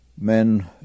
men